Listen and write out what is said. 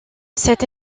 cette